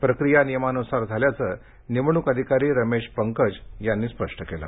प्रक्रीया नियमानुसार झाल्याचं निवडणूक अधिकारी रमेश पंकज यांनी स्पष्ट केलं